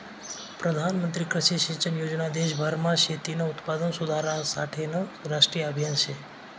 प्रधानमंत्री कृषी सिंचन योजना देशभरमा शेतीनं उत्पादन सुधारासाठेनं राष्ट्रीय आभियान शे